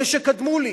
אלה שקדמו לי